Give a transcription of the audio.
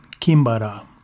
Kimbara